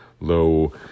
low